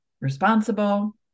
responsible